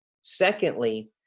Secondly